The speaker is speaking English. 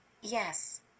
Yes